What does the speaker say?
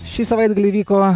šį savaitgalį vyko